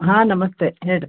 ಹಾಂ ನಮಸ್ತೆ ಹೇಳಿರಿ